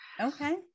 Okay